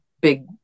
big